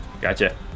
gotcha